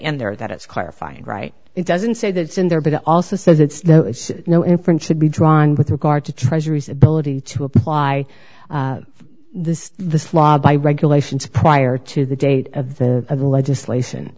and there that it's clarifying right it doesn't say that it's in there but it also says it's no inference should be drawn with regard to treasury's ability to apply the law by regulations prior to the date of the of the legislation